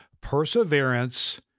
perseverance